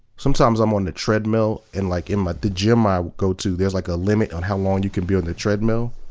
sometimes i'm on the treadmill and like at but the gym i go to there's like a limit on how long you can be on the treadmill.